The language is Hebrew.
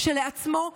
כשלעצמו,